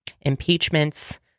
impeachments